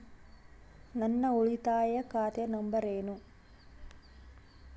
ನನ್ನ ಉಳಿತಾಯ ಖಾತೆ ನಂಬರ್ ಏನು?